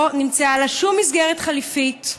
לא נמצאה לה שום מסגרת חליפית,